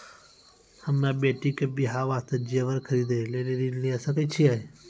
हम्मे बेटी के बियाह वास्ते जेबर खरीदे लेली ऋण लिये सकय छियै?